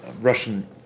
Russian